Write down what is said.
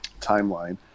timeline